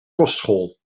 kostschool